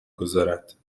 گذارد